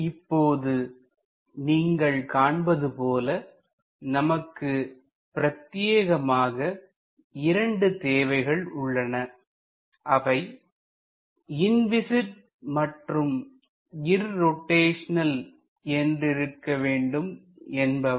இப்பொழுது நீங்கள் காண்பது போல நமக்கு பிரத்தியேகமாக இரண்டு தேவைகள் உள்ளன அவை இன்விஸிட் மற்றும் இர்ரோட்டைஷனல் என்று இருக்க வேண்டும் என்பவை